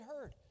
heard